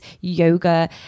yoga